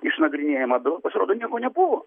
išnagrinėjama daug pasirodo nieko nebuvo